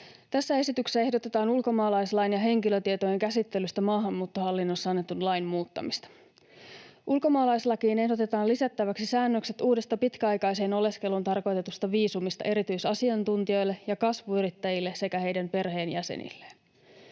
Tässä esityksessä ehdotetaan ulkomaalaislain ja henkilötietojen käsittelystä maahanmuuttohallinnossa annetun lain muuttamista. Ulkomaalaislakiin ehdotetaan lisättäväksi säännökset uudesta pitkäaikaiseen oleskeluun tarkoitetusta viisumista erityisasiantuntijoille ja kasvuyrittäjille sekä heidän perheenjäsenilleen.